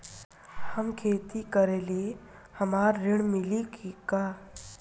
हम खेती करीले हमरा ऋण मिली का?